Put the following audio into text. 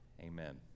Amen